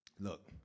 Look